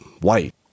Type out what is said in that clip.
white